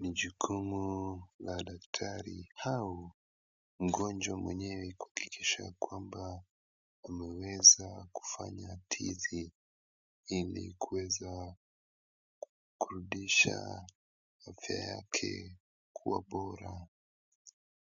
Ni jukumu la daktari au mgonjwa mwenyewe kuhakikisha kwamba ameweza kufanya tizi ili kuweza kurudisha afya yake kuwa bora